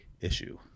issue